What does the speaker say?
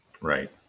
Right